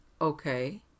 Okay